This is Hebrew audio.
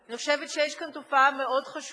אני חושבת שיש כאן תופעה מאוד חשובה,